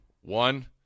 One